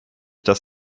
dass